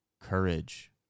courage